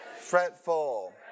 Fretful